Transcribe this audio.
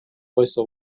койсо